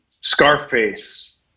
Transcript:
Scarface